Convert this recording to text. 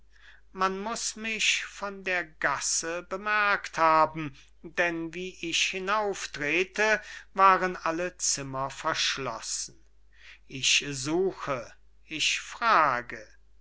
man muß mich von der gasse bemerkt haben denn wie ich hinauf trete waren alle zimmer verschlossen ich suche ich frage